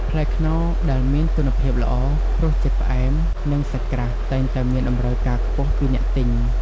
ផ្លែខ្នុរដែលមានគុណភាពល្អ រសជាតិផ្អែម និងសាច់ក្រាស់ តែងតែមានតម្រូវការខ្ពស់ពីអ្នកទិញ។